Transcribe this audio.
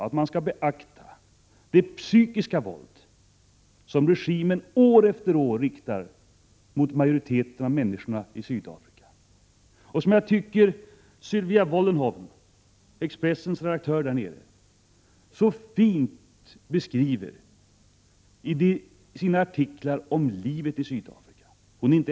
Verkningarna av det psykiska våld som regimen år efter år riktar mot majoriteten av människorna i Sydafrika är synnerligen svåra. Sylvia Vollenhoven, Expressens redaktör i Sydafrika, beskriver detta utmärkt i sina artiklar om livet i Sydafrika.